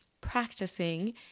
practicing